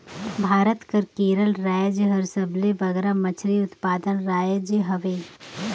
भारत कर केरल राएज हर सबले बगरा मछरी उत्पादक राएज हवे